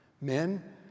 Men